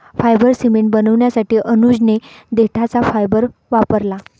fibre cement बनवण्यासाठी अनुजने देठाचा फायबर वापरला